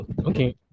Okay